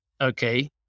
okay